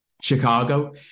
Chicago